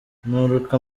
nturuka